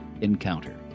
Encounter